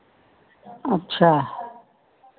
अच्छा